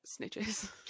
snitches